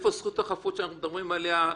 איפה זכות החפות שאנחנו מדברים עליה?